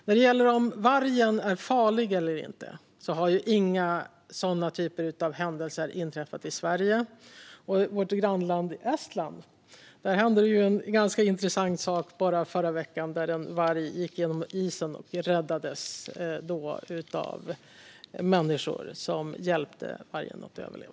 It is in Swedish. När det gäller om vargen är farlig eller inte har inga sådana typer av händelser inträffat i Sverige. I vårt grannland Estland hände en ganska intressant sak bara förra veckan. En varg gick igenom isen och räddades av människor som hjälpte vargen att överleva.